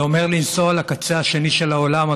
זה אומר לנסוע לקצה השני של העולם,